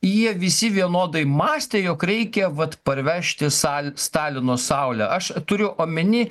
jie visi vienodai mąstė jog reikia vat parvežti sal stalino saulę aš turiu omeny